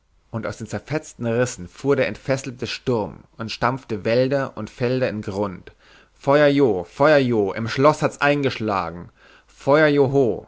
und aus den zerfetzten rissen fuhr der entfesselte sturm und stampfte wälder und felder in grund feuerjoh feuerjoh im schloß hat's eingeschlagen